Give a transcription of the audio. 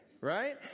right